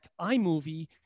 iMovie